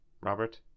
robert